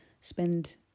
spend